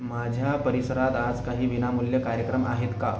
माझ्या परिसरात आज काही विनामूल्य कार्यक्रम आहेत का